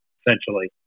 essentially